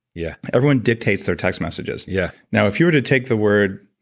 yeah everyone dictates their text messages. yeah now, if you were to take the word,